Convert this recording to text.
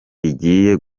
rigiye